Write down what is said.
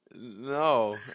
No